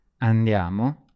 andiamo